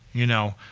you know.